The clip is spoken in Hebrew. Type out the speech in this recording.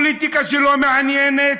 פוליטיקה שלא מעניינת?